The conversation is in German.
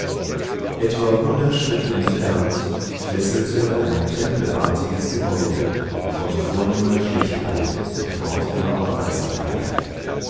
etwa hundert schritt entfernt fesselte ein tempelartiges gebäude von vornehmer schlichtheit sofort ihre aufmerksamkeit